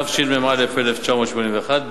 התשמ"א 1981,